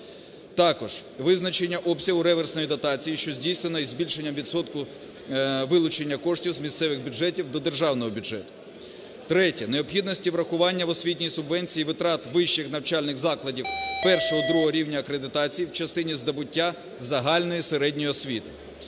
Також визначення обсягу реверсної дотації, що здійснена із збільшення відсотку вилучення коштів з місцевих бюджетів до державного бюджету. Третє. Необхідності врахування в освітній субвенції витрат вищих навчальних закладів першого-другого рівня акредитації в частині здобуття загальної середньої освіти